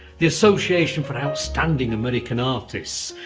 the association for outstanding american artists,